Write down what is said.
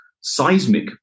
seismic